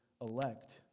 elect